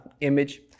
Image